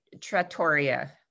trattoria